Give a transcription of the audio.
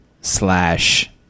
Slash